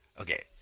Okay